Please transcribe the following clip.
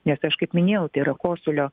nes aš kaip minėjau tai yra kosulio